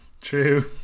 true